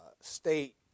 state